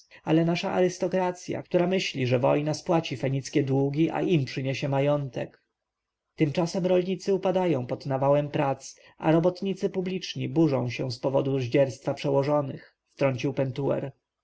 ale nasza arystokracja która myśli że wojna spłaci fenickie długi a im przyniesie majątek tymczasem rolnicy upadają pod nawałem prac a robotnicy publiczni burzą się z powodu zdzierstwa przełożonych wtrącił pentuer